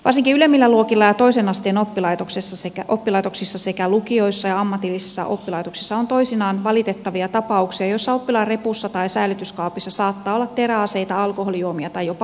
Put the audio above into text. varsinkin ylemmillä luokilla ja toisen asteen oppilaitoksissa sekä lukioissa ja ammatillisissa oppilaitoksissa on toisinaan valitettavia tapauksia joissa oppilaan repussa tai säilytyskaapissa saattaa olla teräaseita alkoholijuomia tai jopa huumeita